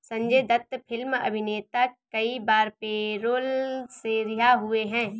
Sanjay Dutt film अभिनेता कई बार पैरोल से रिहा हुए हैं